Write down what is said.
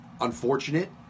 unfortunate